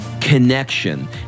connection